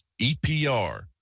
EPR